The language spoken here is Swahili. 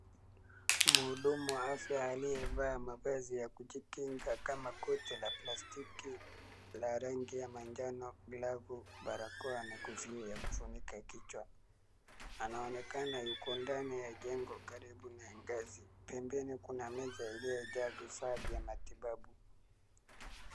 Muhudumu wa afya aliyevaa mavazi ya kujikinga kama koti la plastiki la rangi ya manjano, glavu, barakoa na kofia ya kufunika kichwa. Anaaonekana yuko ndani ya jengo, karibu na ngazi pembeni kuna meza iliyojaa vifaa vya matibabu